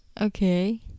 okay